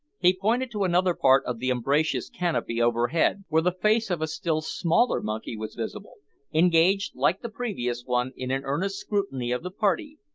he pointed to another part of the umbrageous canopy overhead, where the face of a still smaller monkey was visible engaged, like the previous one, in an earnest scrutiny of the party,